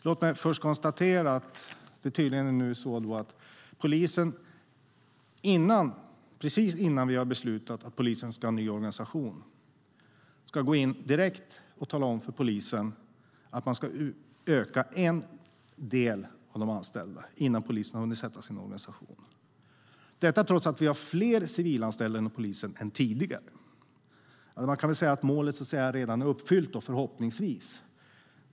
Låt mig först konstatera att man tydligen, precis innan vi har beslutat att polisen ska ha en ny organisation, direkt ska gå in och tala om för polisen att man ska öka en del av de anställda innan polisen har hunnit sätta sig in i sin nya organisation, och detta trots att vi har fler civilanställda inom polisen än tidigare. Man kan säga att målet redan är uppfyllt, förhoppningsvis.